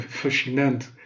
fascinante